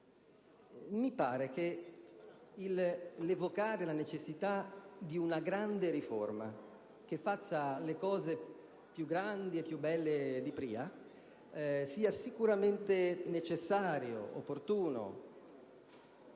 Mi pare che evocare la necessità di una grande riforma, che faccia le cose "più grandi e più belle che pria", sia sicuramente necessario e opportuno.